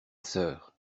sœur